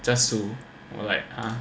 just to like ah